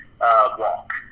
walk